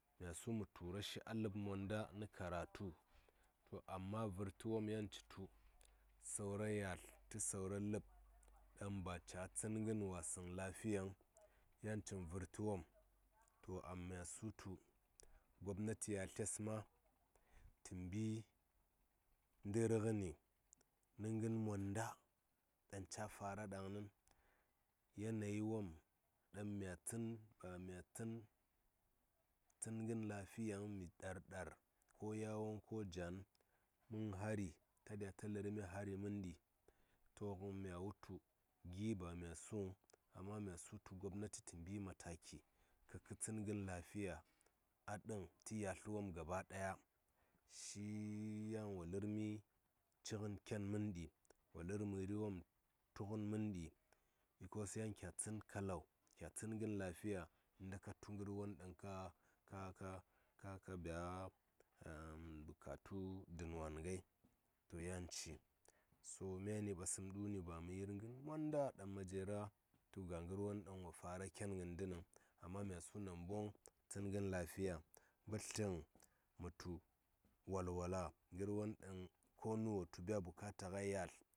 Mya su mə tura shi a ləb monda nə karatu amma vərtə wom yan citu saura yalt tə saura ləb ɗaŋ ba caa tsən ngən wasən lafiyaŋ yan cin vərtə wom to amma mya su tu gobnati yatles ma tə mbi dər ngəni nə ngən monda ɗaŋ ca fara ɗaŋnin yana yi wom mya tsən tsən ngən lafiyaŋ mi ɗar ɗar ko yawon ko jan mən hari ɗa dya ta lərmi hari məndi to ngən mya wutu gi bamya sʊŋ amma mya su gobnati tə mbi mataki kab ƙə tsən ngən lafiya a ɗəŋ tə yalt wom gaɓa ɗaya shi yan wolər mi ci ngən ken mənɗi wo lər məri wom tu ngən mən ɗi bikos yangama wan ngai kya tsən kalau tsən ngən lafiya inta ka tu ngər won ɗaŋ ka bya bukatu dən wan ngai to yan ci so myani ɓasəm ɗun ba mə yir ngər monda ɗaŋ ma jera tu ga ngər won daŋ wo fara ken ngən ndə nəŋ mya su namboŋ tsən ngən lafiya mbətləm mə tu walwala won ɗaŋ konu wa dya tu biya bukatu yalt.